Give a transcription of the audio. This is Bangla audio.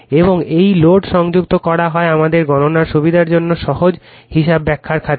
এবং এই লোড সংযুক্ত করা হয় আমাদের গণনার সুবিধার জন্য সহজ হিসাব ব্যাখ্যার খাতিরে